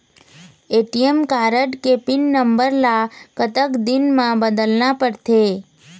ATM card के pin number ला कतक दिन म बदलना पड़थे?